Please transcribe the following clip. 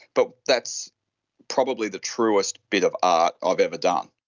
but that's probably the truest bit of art i've ever done.